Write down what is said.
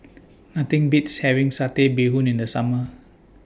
Nothing Beats having Satay Bee Hoon in The Summer